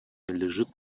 лежит